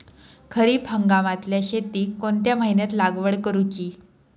खरीप हंगामातल्या शेतीक कोणत्या महिन्यात लागवड करूची?